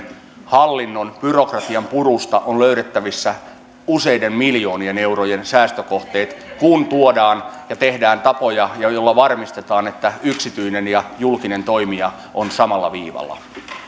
hallinnon byrokratian purusta on löydettävissä useiden miljoonien eurojen säästökohteet kun tuodaan ja tehdään tapoja joilla varmistetaan että yksityinen ja julkinen toimija ovat samalla viivalla